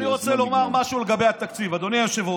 אני רוצה לומר משהו לגבי התקציב, אדוני היושב-ראש.